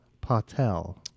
Patel